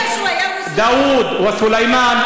דאוד וא-סולימאן,